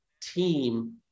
team